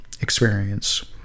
experience